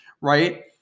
right